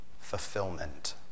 fulfillment